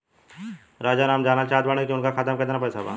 राजाराम जानल चाहत बड़े की उनका खाता में कितना पैसा बा?